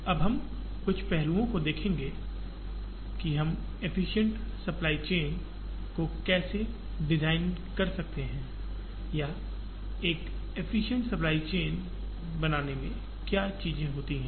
अब हम कुछ पहलुओं को देखेंगे कि हम एफ्फिसिएंट सप्लाई चेन को कैसे डिजाइन करते हैं या एक एफ्फिसिएंट सप्लाई चेन बनाने में क्या चीजें होती हैं